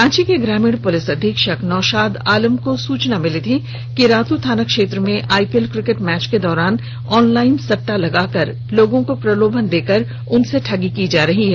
रांची के ग्रामीण पुलिस अधीक्षक नौशाद आलम को सूचना मिली थी कि रातू थानाक्षेत्र में आईपीएल क्रिकेट मैच के दौरान ऑनलाइन सट्टा लगाकर प्रलोभन देकर लोगों से ठगी की जा रही है